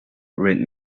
read